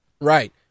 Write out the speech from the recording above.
Right